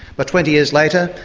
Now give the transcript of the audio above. but twenty years later,